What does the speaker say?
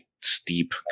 steep